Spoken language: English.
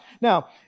Now